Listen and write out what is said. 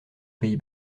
pays